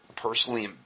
personally